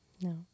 No